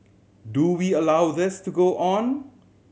do we allow this to go on